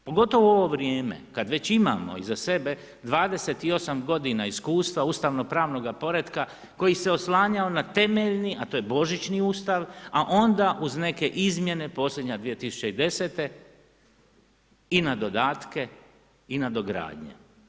Pogotovo u ovo vrijeme kada već imamo iza sebe 28 godina iskustva ustavnopravnoga poretka koji se oslanjao na temeljni a to je Božićni Ustav a onda uz neke izmjene posljednja 2010. i na dodatke i nadogradnje.